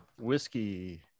Whiskey